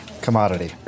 commodity